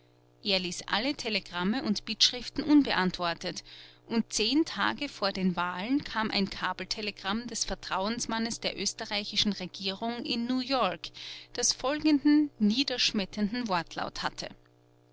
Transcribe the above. er ließ alle telegramme und bittschriften unbeantwortet und zehn tage vor den wahlen kam ein kabeltelegramm des vertrauensmannes der österreichischen regierung in newyork das folgenden niederschmetternden wortlaut hatte